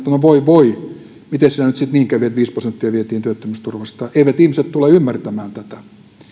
voi voi mites siinä nyt sitten niin kävi että viisi prosenttia vietiin työttömyysturvasta eivät ihmiset tule ymmärtämään tätä